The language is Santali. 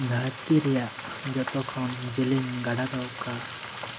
ᱫᱷᱟᱹᱨᱛᱤ ᱨᱮᱭᱟᱜ ᱡᱚᱛᱚ ᱠᱷᱚᱱ ᱡᱮᱞᱮᱧ ᱜᱟᱰᱟ ᱫᱚ ᱚᱠᱟ